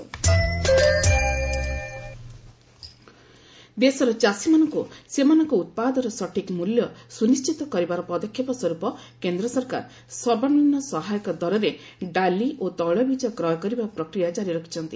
pulses MSP ଦେଶର ଚାଷୀମାନଙ୍କୁ ସେମାନଙ୍କ ଉତ୍ପାଦର ସଠିକ୍ ମୂଲ୍ୟ ସୁନିଶ୍ଚିତ କରିବାର ପଦକ୍ଷେପ ସ୍ୱରୂପ କେନ୍ଦ୍ର ସରକାର ସର୍ବନିମ୍ନ ସହାୟକ ଦରରେ ଡାଲି ଓ ତୈଳବୀଜ କ୍ରୟ କରିବା ପ୍ରକ୍ରିୟା ଜାରି ରଖିଛନ୍ତି